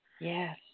Yes